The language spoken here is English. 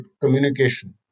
communication